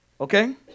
Okay